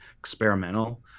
experimental